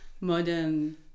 modern